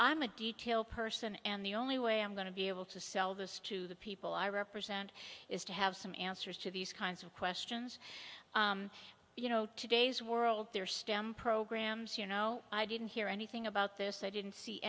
i'm a detail person and the only way i'm going to be able to sell this to the people i represent is to have some answers to these kinds of questions you know today's world there stem programs you know i didn't hear anything about this i didn't see